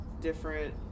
different